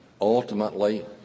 ultimately